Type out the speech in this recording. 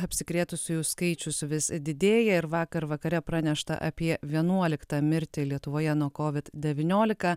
apsikrėtusiųjų skaičius vis didėja ir vakar vakare pranešta apie vienuoliktą mirtį lietuvoje nuo covid devyniolika